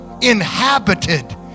inhabited